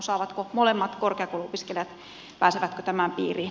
pääsevätkö molemmat korkeakouluopiskelijat tämän piiriin